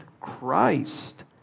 Christ